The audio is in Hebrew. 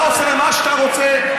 אתה עושה מה שאתה רוצה.